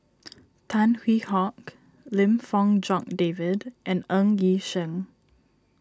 Tan Hwee Hock Lim Fong Jock David and Ng Yi Sheng